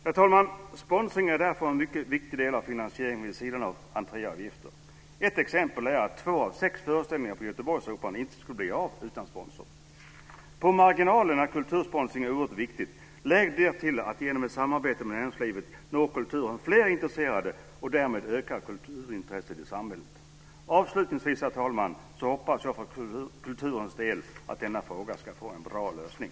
Herr talman! Sponsring är en mycket viktig del i finansieringen vid sidan av entréavgifter. Ett exempel lär att två av sex föreställningar på Göteborgsoperan inte skulle bli av utan sponsorer. På marginalen är kultursponsringen oerhört viktig. Lägg därtill att genom samarbete med näringslivet når kulturen fler intresserade och ökar därmed kulturintresset i samhället. Avslutningsvis, herr talman, hoppas jag för kulturens del att denna fråga ska få en bra lösning.